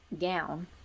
gown